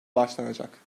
başlanacak